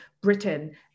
Britain